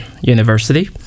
university